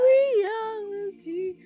reality